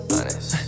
Honest